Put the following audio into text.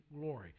glory